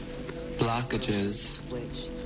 blockages